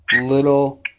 little